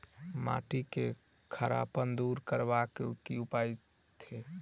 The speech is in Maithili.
माटि केँ खड़ापन दूर करबाक की उपाय थिक?